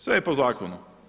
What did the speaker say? Sve je po zakonu.